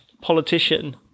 politician